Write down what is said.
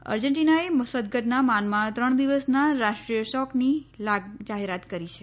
અર્જેન્ટીનાએ સદગતના માનમાં ત્રણ દિવસના રાષ્ટ્રીય શોકની જાહેરાત કરી છે